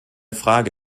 frage